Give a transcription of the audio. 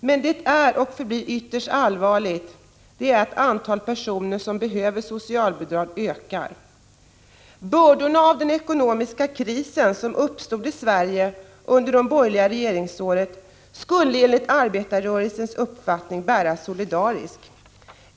Det som är och förblir ytterst allvarligt är emellertid att det antal personer som behöver socialbidrag ökar. Bördorna av den ekonomiska krisen, som uppstod i Sverige under de borgerliga regeringsåren, skulle enligt arbetarrörelsens uppfattning bäras solidariskt.